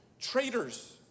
traitors